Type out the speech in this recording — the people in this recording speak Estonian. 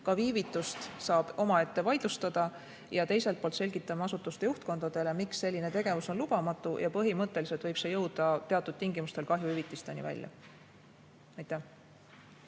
Ka viivitust saab omaette vaidlustada. Teisalt selgitame asutuste juhtkonnale, miks selline tegevus on lubamatu. Ja põhimõtteliselt võib see jõuda teatud tingimustel kahjuhüvitisteni välja. Andrus